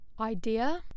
idea